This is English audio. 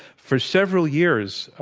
for several years,